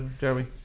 jeremy